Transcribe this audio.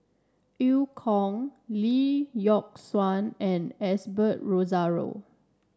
Eu Kong Lee Yock Suan and Osbert Rozario